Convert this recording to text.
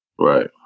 Right